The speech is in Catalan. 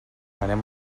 anem